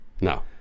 no